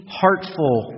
heartful